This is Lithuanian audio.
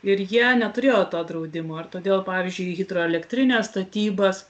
ir jie neturėjo to draudimo ir todėl pavyzdžiui į hidroelektrinės statybas